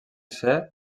tsé